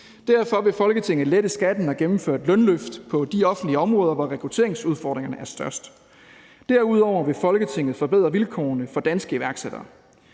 Derfor vil Folketinget lette skatten og gennemføre et lønløft på de offentlige områder, hvor rekrutteringsudfordringerne er størst. Derudover vil Folketinget forbedre vilkårene for danske iværksættere.